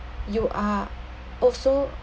you are also